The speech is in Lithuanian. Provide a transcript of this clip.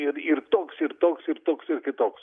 ir ir toks ir toks ir toks ir kitoks